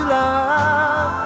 love